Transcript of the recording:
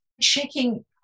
checking